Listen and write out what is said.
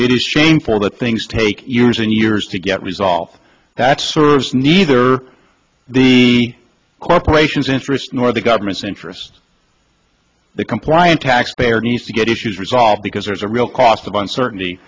it is shame for the things take years and years to get resolved that serves neither the corporation's interest nor the government's interest the compliant taxpayer needs to get issues resolved because there's a real cost of uncertainty